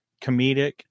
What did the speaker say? comedic